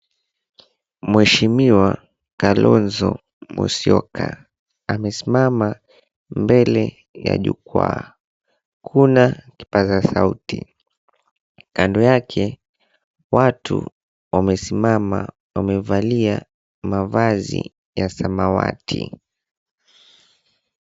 Mheshimiwa Kalonzo Musyoka amesimama mbele ya jukwaa. Kuna kipaza sauti. Kando yake, watu wamesimama wamevalia mavazi ya samawati.